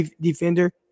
defender